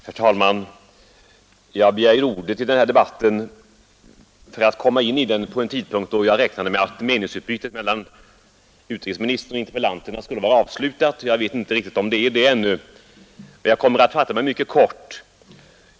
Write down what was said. Herr talman! Jag begärde ordet i den här debatten vid en tidpunkt då jag räknade med att meningsutbytet mellan utrikesministern och interpellanterna skulle vara avslutat. Jag vet inte riktigt om det är det ännu, men jag kommer att fatta mig mycket kort.